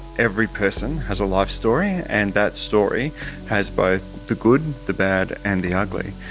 every person has a life story and that story has both the good, the bad and the ugly.